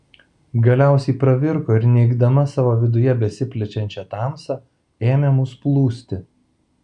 galiausiai pravirko ir neigdama savo viduje besiplečiančią tamsą ėmė mus plūsti